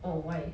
oh why